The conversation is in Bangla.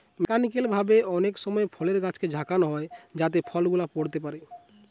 মেকানিক্যাল ভাবে অনেক সময় ফলের গাছকে ঝাঁকানো হয় যাতে ফল গুলা পড়তে পারে